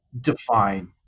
define